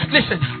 Listen